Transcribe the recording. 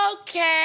Okay